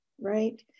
right